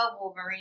Wolverine